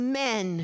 men